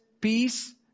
peace